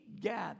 gather